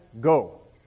go